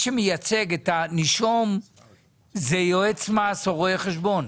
שמייצג את הנישום זה יועץ מס או רואה חשבון.